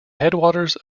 headwaters